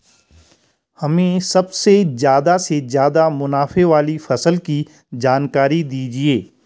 हमें सबसे ज़्यादा से ज़्यादा मुनाफे वाली फसल की जानकारी दीजिए